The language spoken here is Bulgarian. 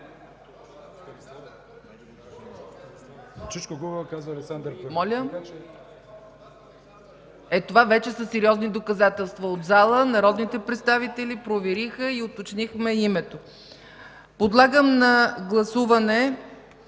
Ето, това вече са сериозни доказателства! От залата народните представители провериха и уточнихме името. Подлагам на гласуване